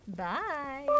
Bye